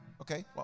Okay